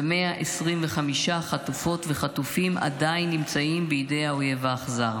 ו-125 חטופות וחטופים עדיין נמצאים בידי האויב האכזר.